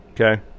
Okay